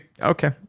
okay